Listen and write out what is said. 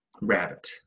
rabbit